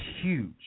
huge